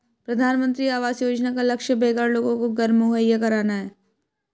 प्रधानमंत्री आवास योजना का लक्ष्य बेघर लोगों को घर मुहैया कराना है